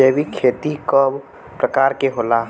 जैविक खेती कव प्रकार के होला?